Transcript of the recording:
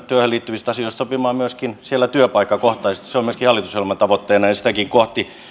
työhön liittyvistä asioista sopimaan myöskin siellä työpaikkakohtaisesti se on myöskin hallitusohjelman tavoitteena ja sitäkin kohti